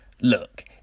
look